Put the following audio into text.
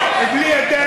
אני מציע לכם